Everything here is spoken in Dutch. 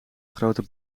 grote